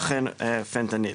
אכן פנטניל.